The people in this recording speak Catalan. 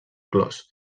clos